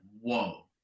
Whoa